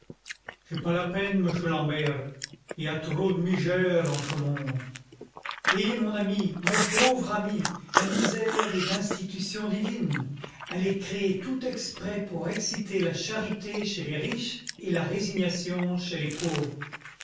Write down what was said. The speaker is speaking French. douceur impassible ch'estpasla peine mouchu l'ambert y a trop de migère en che monde eh mon ami mon pauvre ami la misère est d'institution divine elle est créée tout exprès pour exciter la charité chez les riches et la résignation chez les pauvres